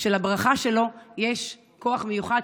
שלברכה שלו יש כוח מיוחד,